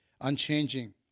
unchanging